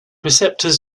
receptors